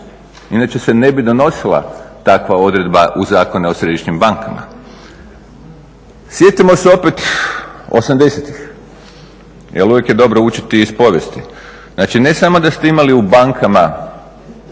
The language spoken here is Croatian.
Inače se ne bi donosila takva odredba u Zakonu o središnjim bankama. Sjetimo se opet '80-ih, jer uvijek je dobro učiti iz povijesti. Znači, ne samo da ste imali u bankama